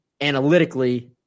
analytically